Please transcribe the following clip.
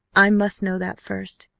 i must know that first.